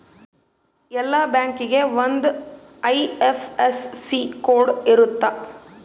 ಎಲ್ಲಾ ಬ್ಯಾಂಕಿಗೆ ಒಂದ್ ಐ.ಎಫ್.ಎಸ್.ಸಿ ಕೋಡ್ ಇರುತ್ತ